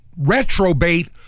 retrobate